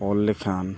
ᱚᱞ ᱞᱮᱠᱷᱟᱱ